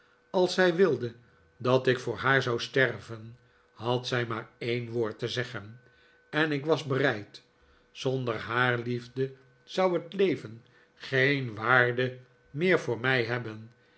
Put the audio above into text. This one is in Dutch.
als zij wilde dat ik voor haar zou sterven had zij maar een woord te zeggen en ik was bereid zonder haar liefde zou het leven geen waarde rrieer voor mij hebben